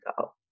go